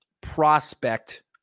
prospect